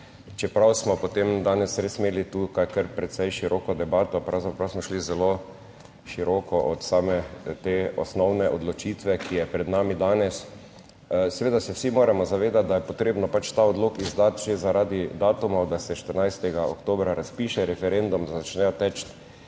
čeprav smo, potem danes res imeli tukaj kar precej široko debato, pravzaprav smo šli zelo široko od same te osnovne odločitve, ki je pred nami danes. Seveda se vsi moramo zavedati, da je potrebno pač ta odlok izdati že zaradi datumov, da se 14. oktobra razpiše referendum, da začnejo teči